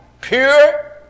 pure